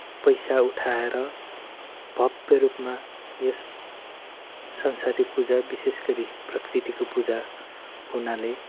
पैसा उठाएर भव्य रूपमा यस संसारी पूजा विशेष गरी प्रकृतिको पूजा हुनाले